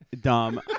dumb